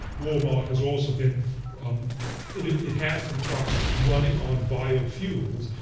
walmart has also been um and it has some trucks running on biofuels,